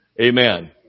Amen